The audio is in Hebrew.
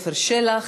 עפר שלח.